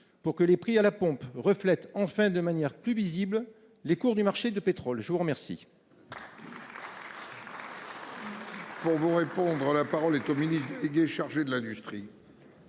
pour que les prix à la pompe reflètent enfin de manière plus visible les cours du marché du pétrole ? La parole